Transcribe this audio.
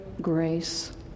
grace